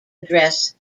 address